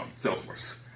Salesforce